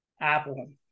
Apple